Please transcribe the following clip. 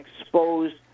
exposed